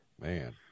Man